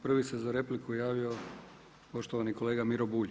Prvi se za repliku javio poštovani kolega Miro Bulj.